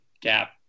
gap